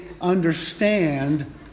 understand